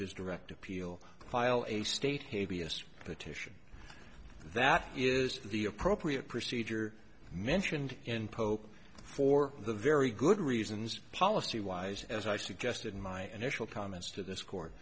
his direct appeal file a state hey b s petition that is the appropriate procedure mentioned in polk for the very good reasons policy wise as i suggested in my initial comments to this court